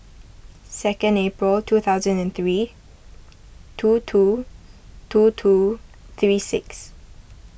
second April two thousand and three two two two two three six